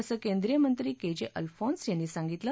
असं केंद्रीय मंत्री के जे अलफॉंस यांनी सांगितलं